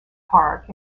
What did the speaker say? park